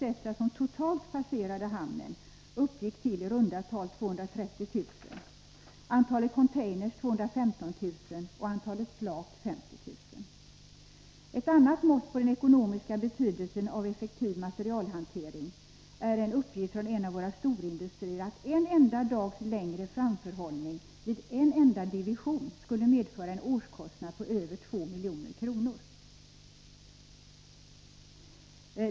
som totalt passerade hamnen uppgick till i runda tal 230 000, antalet containrar till 215 000 och antalet flak till 50 000. Ett annat mått på den ekonomiska betydelsen av effektiv materialhantering är en uppgift från en av våra storindustrier att en enda dags längre framförhållning vid en enda division skulle medföra en årskostnad på över 2 milj.kr.